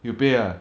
you pay ah